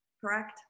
Correct